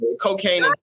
Cocaine